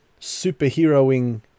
superheroing